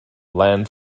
land